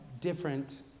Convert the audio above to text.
different